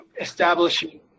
establishing